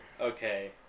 Okay